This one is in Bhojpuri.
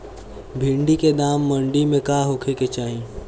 भिन्डी के दाम मंडी मे का होखे के चाही?